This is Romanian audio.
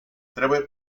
trebuie